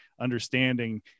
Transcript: understanding